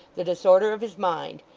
the disorder of his mind,